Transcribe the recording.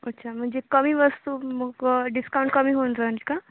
अच्छा म्हणजे कमी वस्तू मग डिस्काऊंट कमी होऊन जाईल का